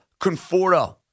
Conforto